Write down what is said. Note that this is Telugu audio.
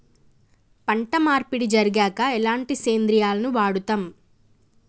పంట మార్పిడి జరిగాక ఎలాంటి సేంద్రియాలను వాడుతం?